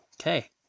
Okay